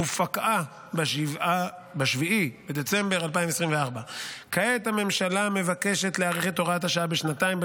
ופקעה ב-7 בדצמבר 2024. כעת הממשלה מבקשת להאריך את הוראת השעה בשנתיים,